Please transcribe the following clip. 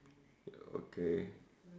okay